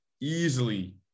easily